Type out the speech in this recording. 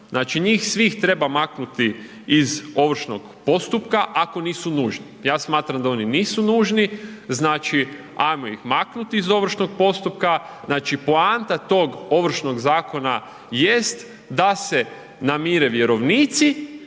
Znači njih sve treba maknuti iz ovršnog postupka ako nisu nužni. Ja smatram da oni nisu nužni, znači ajmo ih maknuti iz ovršnog postupka. Znači poanta tog ovršnog zakona jest da se namire vjerovnici